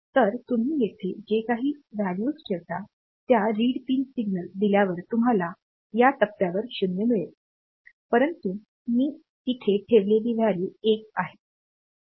तर तुम्ही येथे जे काही व्हॅल्यूज ठेवता त्या रीड पिन सिग्नल दिल्यावर तुम्हाला या टप्प्यावर 0 मिळेल परंतु मी तिथे ठेवलेली व्हॅल्यू 1 आहे